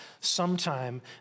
sometime